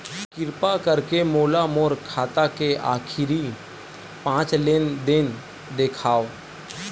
किरपा करके मोला मोर खाता के आखिरी पांच लेन देन देखाव